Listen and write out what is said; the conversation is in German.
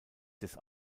des